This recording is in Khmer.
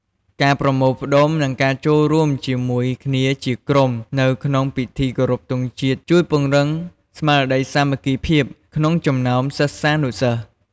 ការប្រមូលផ្ដុំ និងការចូលរួមជាមួយគ្នាជាក្រុមនៅក្នុងពិធីគោរពទង់ជាតិជួយ ពង្រឹងស្មារតីសាមគ្គីភាព ក្នុងចំណោមសិស្សានុសិស្ស។